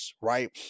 right